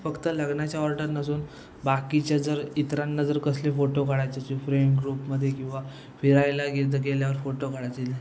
फक्त लग्नाच्या ऑर्डर नसून बाकीच्या जर इतरांना जर कसले फोटो काढायचे असे फ्रेंड ग्रुपमध्ये किंवा फिरायला गिर गेल्यावर फोटो काढायचे